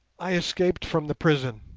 i escaped from the prison.